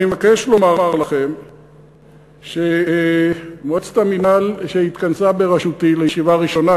אני מבקש לומר לכם שמועצת המינהל שהתכנסה בראשותי לישיבה הראשונה,